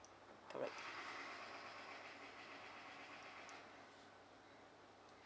correct